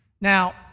Now